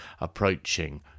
approaching